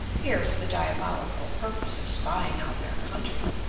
here for the diabolical purpose of spying out their country.